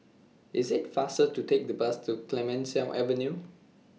IT IS faster to Take The Bus to Clemenceau Avenue